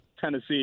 Tennessee